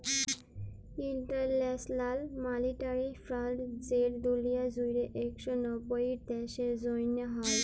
ইলটারল্যাশ লাল মালিটারি ফাল্ড যেট দুলিয়া জুইড়ে ইক শ নব্বইট দ্যাশের জ্যনহে হ্যয়